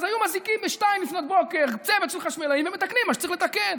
היו מזעיקים ב-02:00 צוות של חשמלאים ומתקנים מה שצריך לתקן.